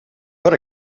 per